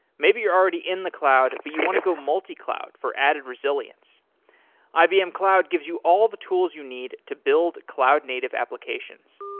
maybe you're already in the cloud, but you want to go multi-cloud for added resilience ibm cloud gives you all the tools you need to build cloud-native applications.